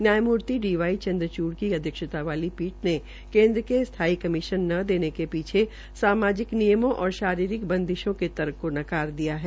न्यायामूर्ति D Y Chandrachud की अध्यक्षता वाली पीठ ने केन्द्र के स्थाई कमीशन ने देने के पीछे सामाजिक नियमों और शारीरिक बंदिशों के तर्क को नकार दिया है